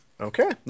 Okay